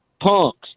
punks